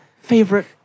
favorite